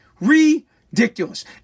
Ridiculous